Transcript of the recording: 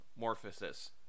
Morphosis